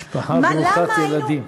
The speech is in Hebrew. משפחה ברוכת ילדים.